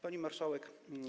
Pani Marszałek!